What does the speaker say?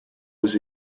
was